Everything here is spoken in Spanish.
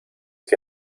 que